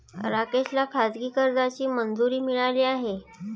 राकेशला खाजगी कर्जाची मंजुरी मिळाली नाही